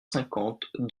cinquante